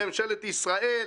לממשלת ישראל,